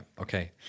Okay